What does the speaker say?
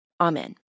Amen